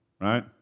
Right